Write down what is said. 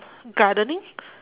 gardening